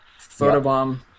Photobomb